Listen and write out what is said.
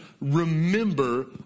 remember